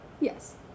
yes